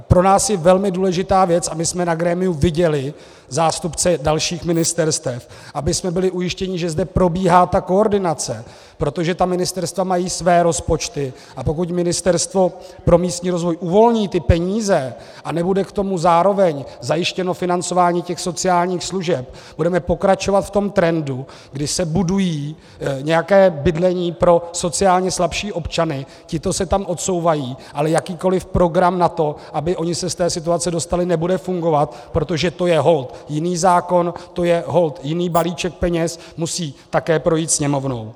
Pro nás je velmi důležitá věc a my jsme na grémiu viděli zástupce dalších ministerstev, abychom byli ujištěni, že zde probíhá koordinace, protože ministerstva mají své rozpočty, a pokud Ministerstvo pro místní rozvoj uvolní peníze a nebude k tomu zároveň zajištěno financování sociálních služeb, budeme pokračovat v trendu, kdy se buduje nějaké bydlení pro sociálně slabší občany, tito se tam odsouvají, ale jakýkoliv program na to, aby se oni z té situace dostali, nebude fungovat, protože to je holt jiný zákon, to je holt jiný balíček peněz a musí také projít Sněmovnou.